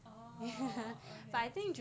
orh okay